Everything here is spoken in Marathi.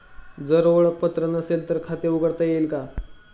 जर ओळखपत्र नसेल तर खाते उघडता येईल का?